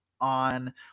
on